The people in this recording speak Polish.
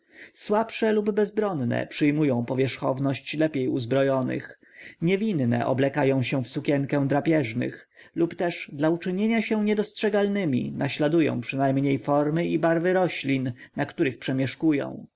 słabsze lub bezbronne przyjmują powierzchowność lepiej uzbrojonych niewinne oblekają się w sukienkę drapieżnych lub też dla uczynienia się niedostrzegalnemi naśladują przynajmniej formy i barwy roślin na których przemieszkują